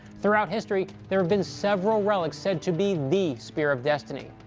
throughout history, there have been several relics said to be the spear of destiny.